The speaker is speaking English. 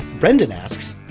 brendan asks,